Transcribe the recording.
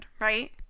right